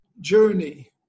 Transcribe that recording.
journey